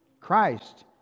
Christ